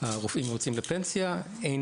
הרופאים יוצאים לפנסיה, אין